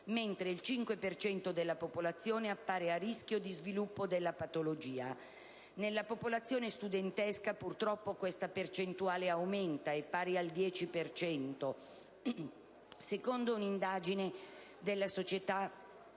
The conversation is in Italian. per cento della popolazione appare a rischio di sviluppo della patologia. Nella popolazione studentesca, purtroppo, questa percentuale aumenta: è pari al 10 per cento. Secondo un'indagine della società